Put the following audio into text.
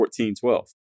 1412